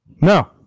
No